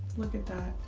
look at that